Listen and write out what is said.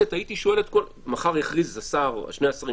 מחר יכריזו שני השרים,